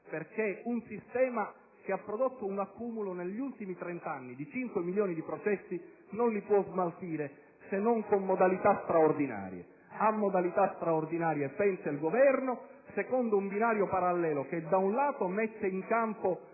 quanto un sistema che ha prodotto un accumulo negli ultimi 30 anni di 5 milioni di processi non li può smaltire, se non con modalità straordinarie. Ed è a modalità straordinarie che pensa il Governo, secondo un binario parallelo, che da un lato mette in campo